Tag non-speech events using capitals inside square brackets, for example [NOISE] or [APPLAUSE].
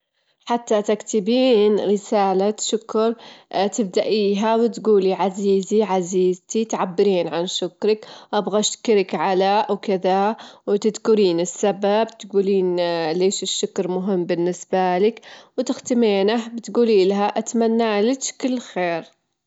أه أحب [HESITATION] نوعي المفضل في [HESITATION] الموسيقى، أحب الموسيقى العصرية، لأنها تعطي طاقة وحيوية، أحب أسمعها لمان أبي أحس بالراحة، ولما أبي أزيد طاقتي، ولما أشتغل بالبيت وأتحرك